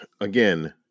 Again